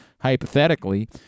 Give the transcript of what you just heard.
hypothetically